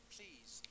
Please